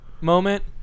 moment